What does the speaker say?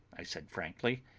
i said frankly,